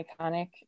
iconic